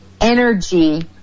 energy